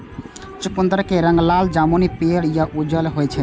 चुकंदर के रंग लाल, जामुनी, पीयर या उज्जर होइ छै